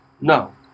No